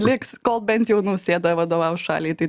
liks kol bent jau nausėda vadovaus šaliai tai